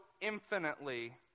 infinitely